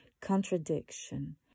contradiction